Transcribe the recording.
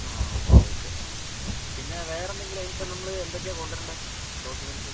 അ okay okay ആ പിന്നെ വേറെ എന്തെങ്കിലും അതിനിപ്പം നമുക്ക് എന്തൊക്കെയാണ് കൊണ്ടുവരേണ്ടത് ഡോക്യുമെന്റ്സ്